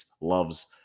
loves